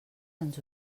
ens